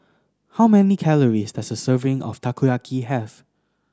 how many calories does a serving of Takoyaki have